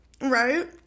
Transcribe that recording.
Right